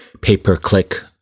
pay-per-click